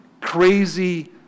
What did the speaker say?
crazy